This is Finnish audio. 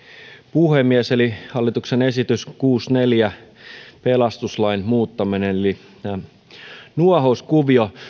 puhemies hallituksen esitys kuusikymmentäneljä pelastuslain muuttaminen eli nämä nuohouskuviot